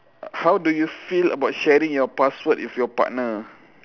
how do you feel about sharing your password with your partner